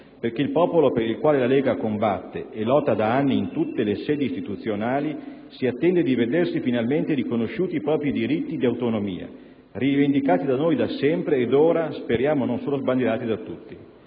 perché il popolo per il quale la Lega combatte e lotta da anni in tutte le sedi istituzionali si attende di vedersi finalmente riconosciuti i propri diritti di autonomia, rivendicati da noi da sempre ed ora speriamo non solo sbandierati da tutti.